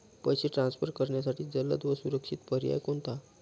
पैसे ट्रान्सफर करण्यासाठी जलद व सुरक्षित पर्याय कोणता?